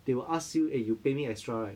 they will ask you eh you pay me extra right